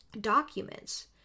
documents